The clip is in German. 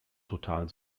totalen